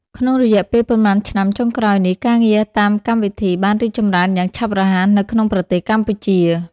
ក្នុងរយៈពេលប៉ុន្មានឆ្នាំចុងក្រោយនេះ ការងារតាមកម្មវិធីបានរីកចម្រើនយ៉ាងឆាប់រហ័សនៅក្នុងប្រទេសកម្ពុជា។